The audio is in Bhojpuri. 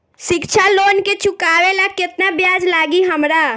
शिक्षा लोन के चुकावेला केतना ब्याज लागि हमरा?